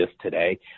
today